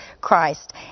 christ